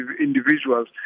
individuals